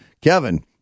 Kevin